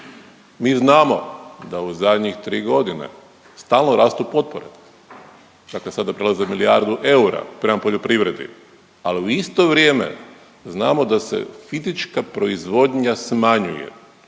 Mi znamo da u zadnjih 3 godine stalno rastu potpore, dakle sada prelaze milijardu eura prema poljoprivredi ali u isto vrijeme znamo da se fizička proizvodnja smanjuje.